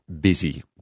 busy